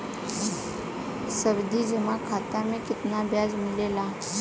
सावधि जमा खाता मे कितना ब्याज मिले ला?